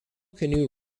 canoe